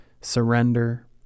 surrender